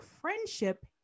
friendship